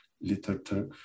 literature